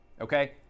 okay